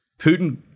Putin